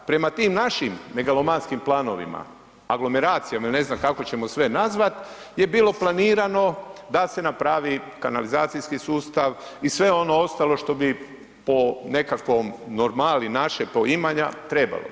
Prema tim našim megalomanskim planovima, aglomeracijama ili ne znam kako ćemo sve nazvati je bilo planirano da se napravi kanalizacijski sustav i sve ono ostalo što bi po nekakvom normali našeg poimanja trebalo.